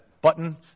button